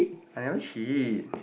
I never shit